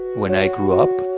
when i grew up,